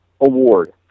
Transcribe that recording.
award